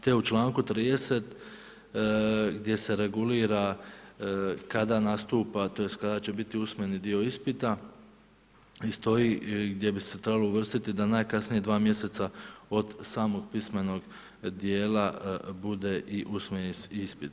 Te u čl. 30. gdje se regulira, kada nastupa, tj. kada će biti usmeni dio ispita, stoji, gdje bi se trebalo uvrstiti, da najkasnije, dva mjeseca, od samog pismenog dijela, bude i usmeni ispit.